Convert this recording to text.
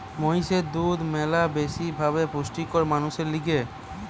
মহিষের দুধ ম্যালা বেশি ভাবে পুষ্টিকর মানুষের লিগে